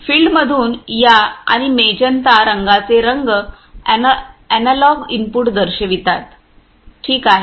field मधून या आणि मेजंता रंगाचे रंग अॅनालॉग इनपुट दर्शवितात ठीक आहे